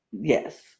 yes